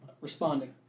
Responding